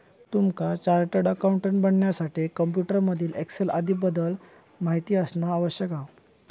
तुमका chartered accountant बनण्यासाठी computer मधील एक्सेल आदीं बद्दल माहिती असना आवश्यक हा